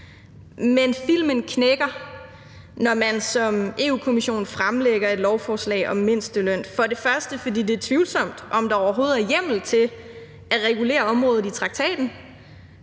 Men filmen knækker, når Europa-Kommissionen fremlægger et lovforslag om mindsteløn. For det første fordi det er tvivlsomt, om der overhovedet er hjemmel i traktaten til at regulere området. For det